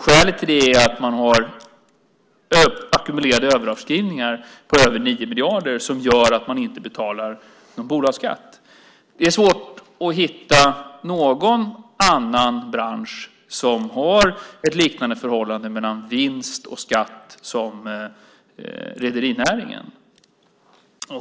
Skälet till det är att man har ackumulerade överavskrivningar på över 9 miljarder som gör att man inte betalar någon bolagsskatt. Det är svårt att hitta någon annan bransch som har ett liknande förhållande mellan vinst och skatt som rederinäringen.